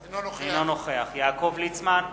אינו נוכח יעקב ליצמן,